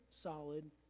solid